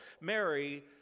Mary